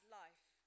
life